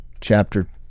chapter